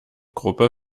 gruppe